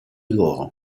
loro